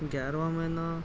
گیارہواں مہینہ